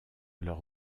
leurs